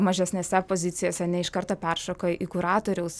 mažesnėse pozicijose ne iš karto peršoka į kuratoriaus